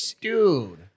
Dude